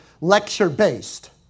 lecture-based